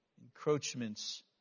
encroachments